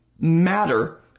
matter